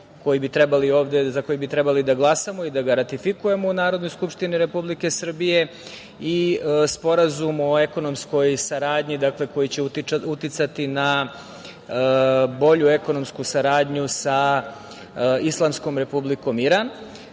Ruskom Federacijom za koji bi trebali da glasamo i da ga ratifikujemo u Narodnoj skupštini Republike Srbije i Sporazum o ekonomskoj saradnji koji će uticati na bolju ekonomsku saradnju sa Islamskom Republikom